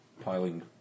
piling